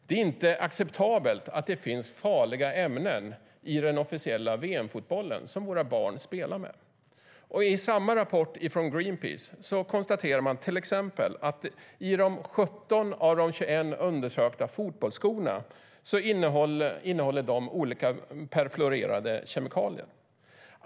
Det är inte acceptabelt att det finns farliga ämnen i den officiella VM-fotbollen, som våra barn spelar med. I samma rapport från Greenpeace konstaterar man också att till exempel 17 av 21 undersökta fotbollsskor innehåller olika perfluorerade kemikalier.